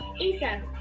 Isa